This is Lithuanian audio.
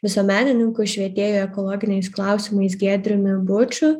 visuomenininku švietėju ekologiniais klausimais giedriumi buču